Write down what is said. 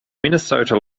minnesota